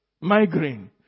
migraine